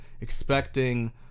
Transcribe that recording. expecting